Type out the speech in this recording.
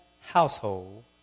household